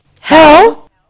Hell